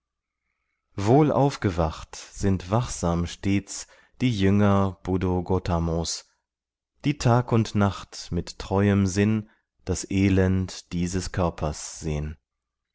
wohl aufgewacht sind wachsam stets die jünger buddho gotamos die tag und nacht mit treuem sinn das elend dieses körpers sehn